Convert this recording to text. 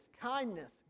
kindness